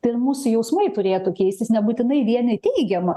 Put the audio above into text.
tai ir mūsų jausmai turėtų keistis nebūtinai vien į teigiamą